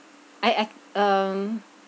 I I um